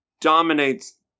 dominates